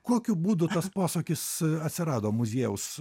kokiu būdu tas posakis atsirado muziejaus